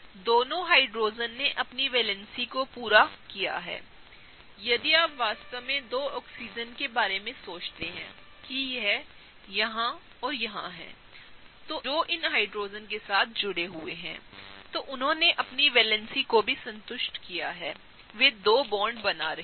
दोनों हाइड्रोजन ने अपनी वैलेंसी को पूरा किया हैयदि आप वास्तव में 2 आक्सीजन के बारे में सोचते हैं कि यहां औरयहां हैंजो इन हाइड्रोजन के साथ जुड़े हुए हैं तो उन्होंने अपनी वैलेंसी को भी संतुष्ट किया हैवे दो बॉन्ड बना रहे हैं